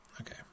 Okay